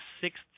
sixth